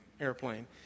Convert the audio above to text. airplane